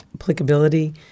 applicability